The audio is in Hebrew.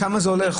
לשם זה הולך.